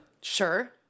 Sure